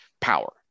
power